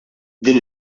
din